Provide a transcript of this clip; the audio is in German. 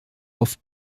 auf